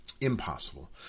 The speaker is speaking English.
impossible